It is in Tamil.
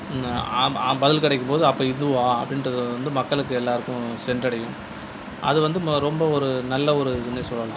ஆம் ஆம் பதில் கிடைக்கும் போது அப்போ இதுவாக அப்படின்றது வந்து மக்களுக்கு எல்லாருக்கும் சென்றடையும் அது வந்து முத ரொம்ப ஒரு நல்ல ஒரு இதுன்னே சொல்லலாம்